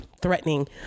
threatening